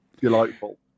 delightful